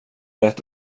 rätt